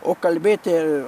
o kalbėti